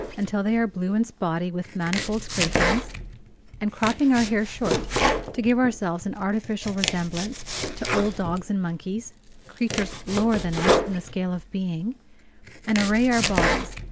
until they are blue and spotty with manifold scrapings and cropping our hair short to give ourselves an artificial resemblance to old dogs and monkeys creatures lower than us in the scale of being and array our bodies,